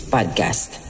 Podcast